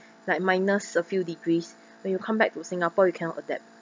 like minus a few degrees when you come back to singapore you cannot adapt